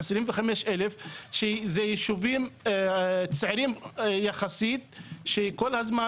25,000 זה ישובים צעירים יחסית שכל הזמן